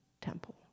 temple